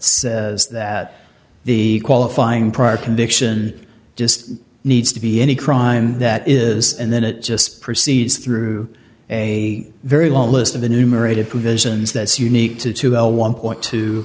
says that the qualifying prior conviction just needs to be any crime that is and then it just proceeds through a very long list of the numerated provisions that's unique to two l one point t